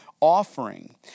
offering